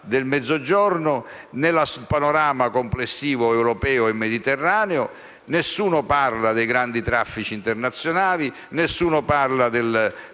del Mezzogiorno nel panorama complessivo europeo e mediterraneo. Nessuno parla dei grandi traffici internazionali, nessuno parla del